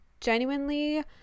genuinely